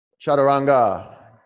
chaturanga